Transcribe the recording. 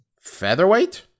featherweight